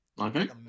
Okay